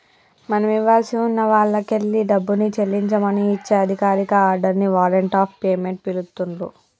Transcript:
మనం ఇవ్వాల్సి ఉన్న వాల్లకెల్లి డబ్బుని చెల్లించమని ఇచ్చే అధికారిక ఆర్డర్ ని వారెంట్ ఆఫ్ పేమెంట్ పిలుత్తున్రు